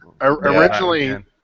originally